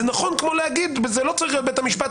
זה נכון כמו להגיד שזה לא צריך להיות בית המשפט,